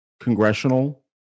congressional